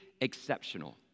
Exceptional